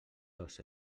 dos